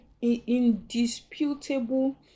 Indisputable